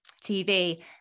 TV